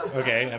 okay